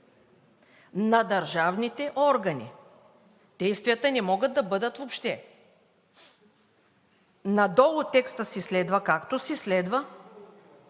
„На държавните органи“ – действията не могат да бъдат въобще. Надолу текста си следва, както следва.